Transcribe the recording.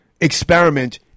experiment